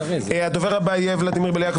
הדובר הבא יהיה ולדימיר בליאק,